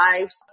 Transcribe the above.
lives